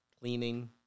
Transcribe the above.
Cleaning